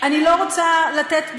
אני לא רוצה לתת,